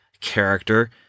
character